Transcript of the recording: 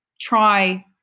try